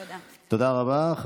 תודה רבה.